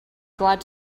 glad